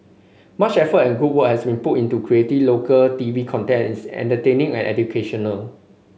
much effort and good work has been put into creating local TV content is entertaining and educational